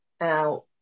Now